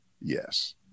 Yes